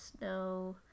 no